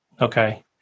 Okay